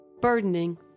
Burdening